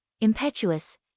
impetuous